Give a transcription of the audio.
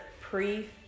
pre